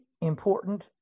important